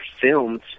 filmed –